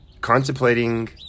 contemplating